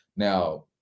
Now